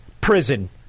prison